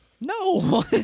No